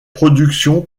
productions